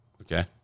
Okay